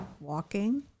Walking